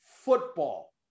football